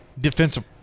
defensive